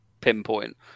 pinpoint